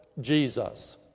Jesus